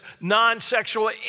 non-sexual